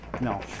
No